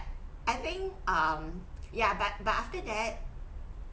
I think um ya but but after that